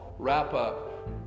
wrap-up